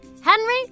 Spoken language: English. Henry